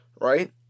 Right